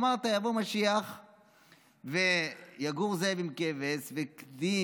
אמרת שיבוא משיח ויגור זאב עם כבש וגדי